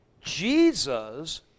Jesus